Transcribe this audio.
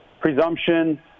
presumption